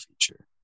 feature